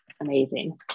Amazing